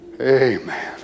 Amen